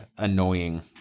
Annoying